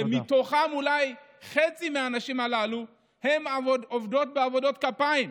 שמתוכה אולי חצי מהנשים הללו עובדות בעבודות כפיים.